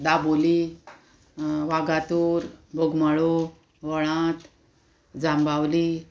दाबोली वागातोर बोगमाळो वळांत जांबावली